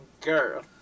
Girl